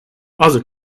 other